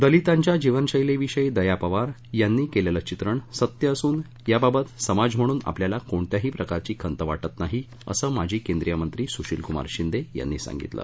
दलितांच्या जीवनशैली विषयी दया पवार यांनी केलेलं चित्रण सत्य असून याबाबत समाज म्हणून आपल्याला कोणत्याही प्रकारची खंत वाटत नाही असं माजी केंद्रीय मंत्री सुशिलकुमार शिंदे यांनी सांगितलं